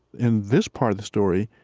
in this part of the story,